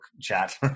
chat